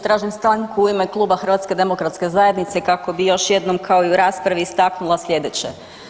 Tražim stanku u ime kluba HDZ-a kako bi još jednom kao i u raspravi istaknula slijedeće.